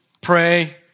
pray